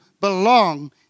belong